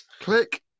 click